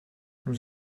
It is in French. nous